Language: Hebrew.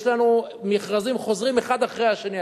יש לנו מכרזים חוזרים האחד אחרי השני,